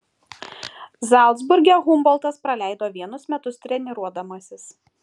zalcburge humboltas praleido vienus metus treniruodamasis